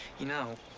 you know,